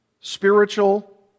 spiritual